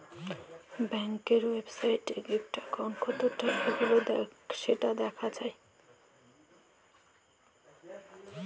ব্যাংকের ওয়েবসাইটে গিএ একাউন্ট কতটা এগল্য সেটা দ্যাখা যায়